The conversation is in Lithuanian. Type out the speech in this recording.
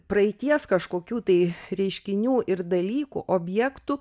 praeities kažkokių tai reiškinių ir dalykų objektų